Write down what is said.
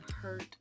hurt